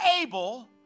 able